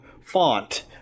font